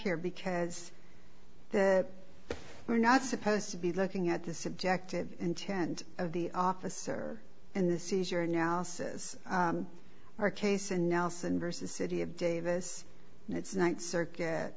here because we're not supposed to be looking at the subjective intent of the officer and the seizure analysis or case and nelson versus city of davis it's ninth circuit